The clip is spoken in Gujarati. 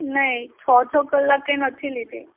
નહીં છ છ કલાકે નથી લીધી